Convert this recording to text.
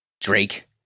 Drake